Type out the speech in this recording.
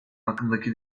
hakkındaki